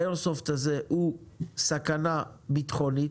האיירסופט הזה הוא סכנה ביטחונית,